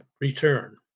return